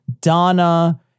Donna